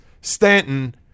Stanton